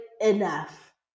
enough